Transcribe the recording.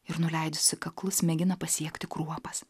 ir nuleidusi kaklus mėgina pasiekti kruopas